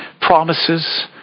promises